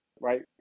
right